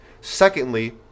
Secondly